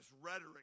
rhetoric